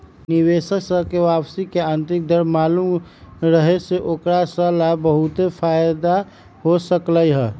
निवेशक स के वापसी के आंतरिक दर मालूम रहे से ओकरा स ला बहुते फाएदा हो सकलई ह